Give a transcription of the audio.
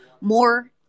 more